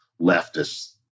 leftists